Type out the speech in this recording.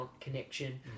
connection